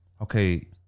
okay